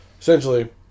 Essentially